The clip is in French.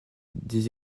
des